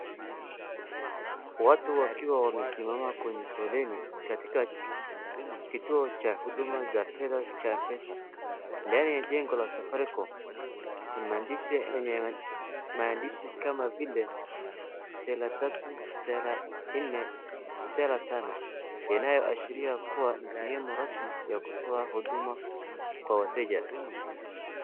Watu wakiwa wamesimama kwenye foleni katika kituo cha huduma za fedha cha pesa. Ndani ya jengo la Safaricom, kuna maandishi kama vile Teller tatu, Teller nne na Teller tano, yanayoashiria kuwa ni sehemu rasmi ya kutoa huduma kwa wateja.